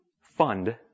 fund